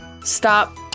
stop